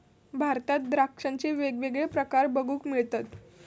भारतात द्राक्षांचे वेगवेगळे प्रकार बघूक मिळतत